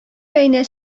бәйнә